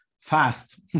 Fast